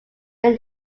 then